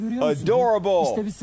Adorable